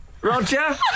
Roger